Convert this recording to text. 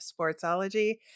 sportsology